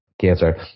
Cancer